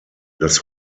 das